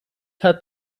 hat